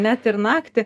net ir naktį